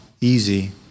easy